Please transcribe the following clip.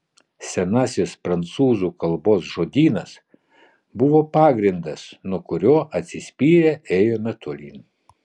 senasis prancūzų kalbos žodynas buvo pagrindas nuo kurio atsispyrę ėjome tolyn